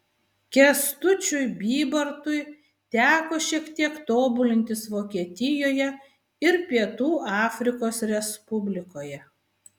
kęstučiui bybartui teko šiek tiek tobulintis vokietijoje ir pietų afrikos respublikoje